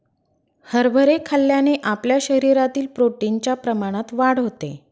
हरभरे खाल्ल्याने आपल्या शरीरातील प्रोटीन च्या प्रमाणात वाढ होते